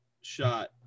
shot